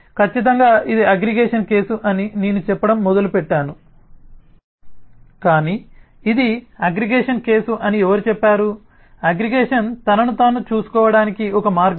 ఖచ్చితంగా ఇది aggregation case అని నేను చెప్పడం మొదలుపెట్టాను కాని ఇది అగ్రిగేషన్ కేసు అని ఎవరు చెప్పారు అగ్రిగేషన్ తనను తాను చూసుకోవటానికి ఒక మార్గం